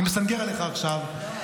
אני מסנגר עליך עכשיו.